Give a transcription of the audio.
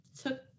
took